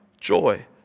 joy